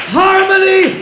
harmony